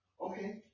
Okay